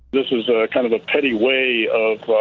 this is kind of a petty way